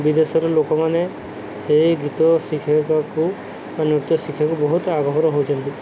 ବିଦେଶର ଲୋକମାନେ ସେଇ ଗୀତ ଶିଖିବାକୁ ବା ନୃତ୍ୟ ଶିଖିବାକୁ ବହୁତ ଆଗଭର ହେଉଛନ୍ତି